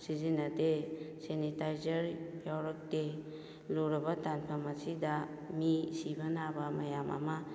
ꯁꯤꯖꯤꯟꯅꯗꯦ ꯁꯦꯟꯅꯤꯇꯥꯏꯖꯔ ꯌꯥꯎꯔꯛꯇꯦ ꯂꯨꯔꯕ ꯇꯥꯡꯐꯝ ꯑꯁꯤꯗ ꯃꯤ ꯁꯤꯕ ꯅꯥꯕ ꯃꯌꯥꯝ ꯑꯃ